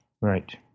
Right